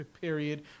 period